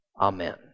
Amen